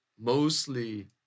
mostly